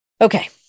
Okay